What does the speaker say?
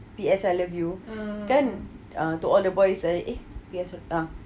P_S I love you kan to all the boys I err eh P_S